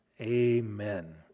amen